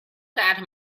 that